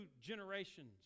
generations